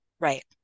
Right